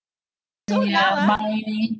so ya my